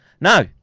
No